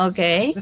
Okay